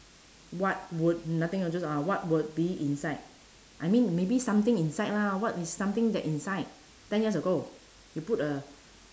what would nothing uh just what would be inside I mean maybe something inside lah what is something that inside ten years ago you put a